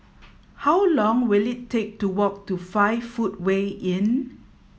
how long will it take to walk to Five Footway Inn